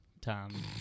Tom